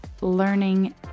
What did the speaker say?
learning